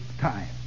time